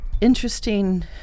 interesting